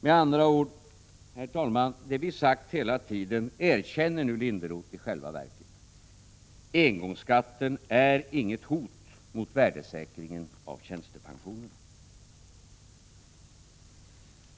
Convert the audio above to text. Med andra ord, herr talman, det vi har sagt hela tiden erkänner Linderoth nu: engångsskatten är inget hot mot värdesäkringen av tjänstepensionerna.